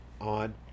on